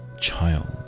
child